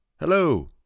Hello